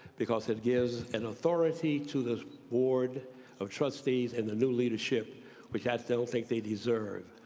because it gives an authority to the board of trustees and the new leadership which i don't think they deserve.